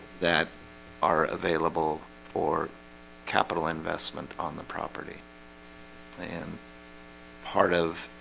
that are available for capital investment on the property i am part of